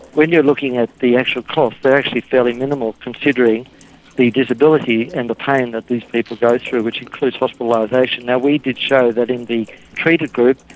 when you're looking at the actual costs they are actually fairly minimal considering the disability and the pain that these people go through which includes hospitalisation. we did show that in the treated group,